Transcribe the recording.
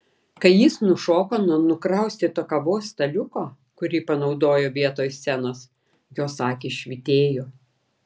kai jis nušoko nuo nukraustyto kavos staliuko kurį panaudojo vietoj scenos jos akys švytėjo